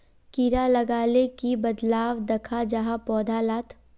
कीड़ा लगाले की बदलाव दखा जहा पौधा लात?